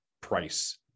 price